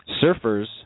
Surfers